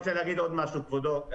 אני רוצה להגיד עוד משהו, כבודו.